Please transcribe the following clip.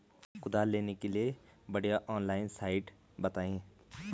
कुदाल लेने के लिए बढ़िया ऑनलाइन साइट बतायें?